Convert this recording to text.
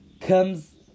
comes